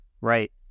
Right